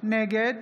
נגד